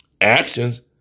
Actions